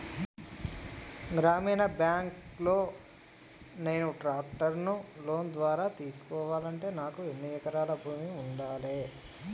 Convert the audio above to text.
గ్రామీణ బ్యాంక్ లో నేను ట్రాక్టర్ను లోన్ ద్వారా తీసుకోవాలంటే నాకు ఎన్ని ఎకరాల భూమి ఉండాలే?